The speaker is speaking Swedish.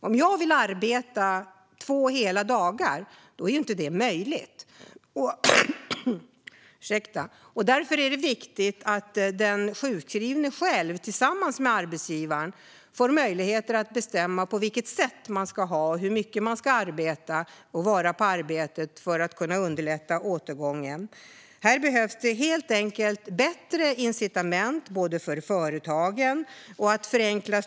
Om jag vill arbeta två hela dagar är det inte möjligt. Därför är det viktigt att den sjukskrivne själv tillsammans med arbetsgivaren får möjligheter att bestämma på vilket sätt man ska arbeta och hur mycket man ska arbeta eller vara på arbetet för att underlätta en återgång. Här behövs helt enkelt bättre incitament, även för företagen. Strukturerna behöver förenklas.